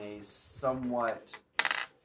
somewhat